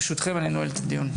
ברשותכם, אני נועל את הדיון.